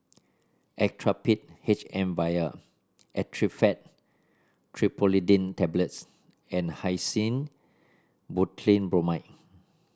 Actrapid H M Vial Actifed Triprolidine Tablets and Hyoscine Butylbromide